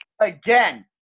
again